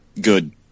good